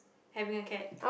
having a cat